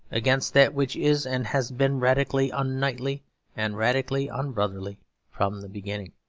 against that which is and has been radically unknightly and radically unbrotherly from the beginning.